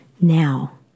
now